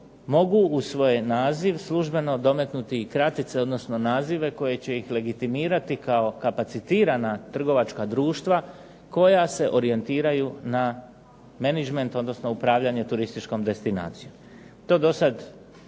mogu u svoj naziv službeno dometnuti i kratice, odnosno nazive koji će ih legitimirati kao kapacitirana trgovačka društva, koja se orijentiraju na menadžment odnosno upravljanje turističkom destinacijom. To dosad